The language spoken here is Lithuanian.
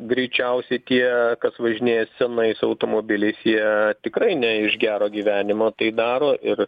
greičiausiai tie kas važinėja senais automobiliais jie tikrai ne iš gero gyvenimo tai daro ir